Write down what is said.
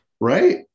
Right